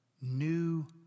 new